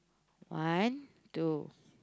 one two